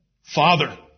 Father